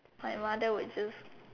my mother would just